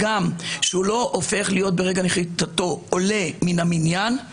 הגם שהוא לא הופך להיות ברגע נחיתתו עולה מן המניין,